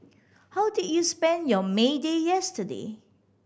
how did you spend your May Day yesterday